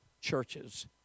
churches